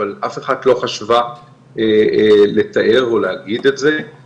אבל אף אחת לא חשבה לתאר או להגיד את זה ואנחנו,